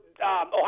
Ohio